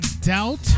doubt